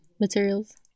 materials